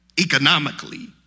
economically